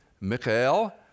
Michael